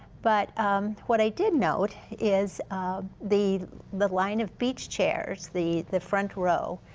but what i did note is ah the the line of beach chairs, the the front row,